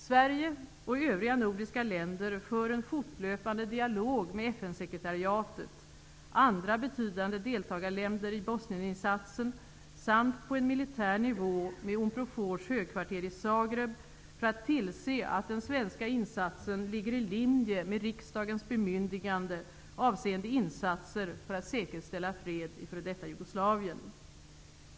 Sverige och övriga nordiska länder för en fortlöpande dialog med FN-sekretariatet, med andra betydande deltagarländer i Bosnieninsatsen samt på en militär nivå med Unprofors högkvarter i Zagreb för att tillse att den svenska insatsen ligger i linje med riksdagens bemyndigande avseende insatser för att säkerställa fred i f.d. Jugoslavien.